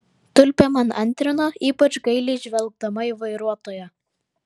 tulpė man antrino ypač gailiai žvelgdama į vairuotoją